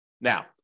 Now